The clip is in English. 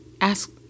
Ask